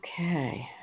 Okay